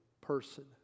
person